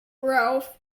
ralph